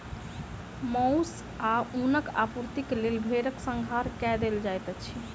मौस आ ऊनक आपूर्तिक लेल भेड़क संहार कय देल जाइत अछि